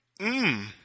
Mmm